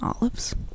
olives